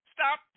Stop